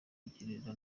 kukugirira